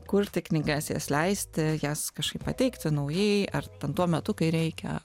kurti knygas jas leisti jas kažkaip pateikti naujai ar ten tuo metu kai reikia